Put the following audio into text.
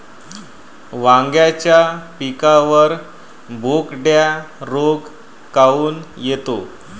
वांग्याच्या पिकावर बोकड्या रोग काऊन येतो?